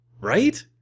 Right